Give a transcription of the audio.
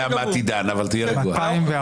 שלושה בעד, חמישה נגד, אין נמנעים.